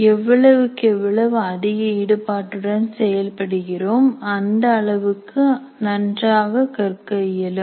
எவ்வளவுக்கெவ்வளவு அதிக ஈடுபாட்டுடன் செயல்படுகிறோம் அந்த அளவுக்கு நன்றாக கற்க இயலும்